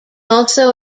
also